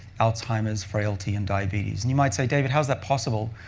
alzheimer's, frailty, and diabetes. and you might say, david, how is that possible?